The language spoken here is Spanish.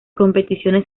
competiciones